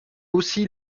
aussi